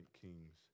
Kings